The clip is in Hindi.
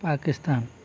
पाकिस्तान